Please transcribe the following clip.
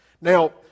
now